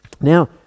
Now